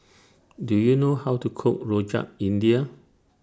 Do YOU know How to Cook Rojak India